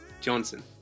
Johnson